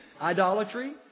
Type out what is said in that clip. idolatry